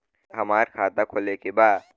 हमार खाता खोले के बा?